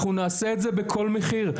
אנחנו נעשה את זה בכל מחיר.